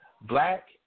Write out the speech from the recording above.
Black